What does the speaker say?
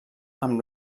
amb